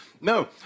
No